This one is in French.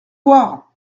voir